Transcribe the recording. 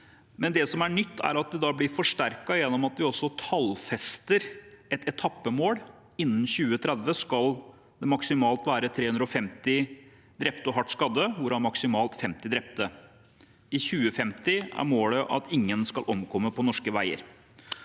det som er nytt, er at det blir forsterket gjennom at vi også tallfester et etappemål. Innen 2030 skal det maksimalt være 350 drepte og hardt skadde, hvorav maksimalt 50 drepte. I 2050 er målet at ingen skal omkomme på norske veier.